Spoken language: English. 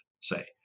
say